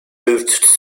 moved